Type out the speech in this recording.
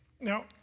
Now